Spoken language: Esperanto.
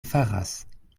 faras